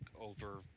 over